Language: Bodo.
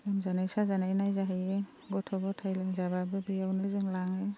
लोमजानाय साजानाय नायजाहैयो गथ' गथाय लोमजाब्लाबो बेयावनो जों लाङो